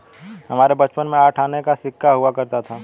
हमारे बचपन में आठ आने का सिक्का हुआ करता था